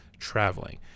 traveling